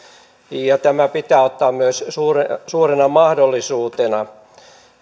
ja tämä pitää ottaa myös suurena mahdollisuutena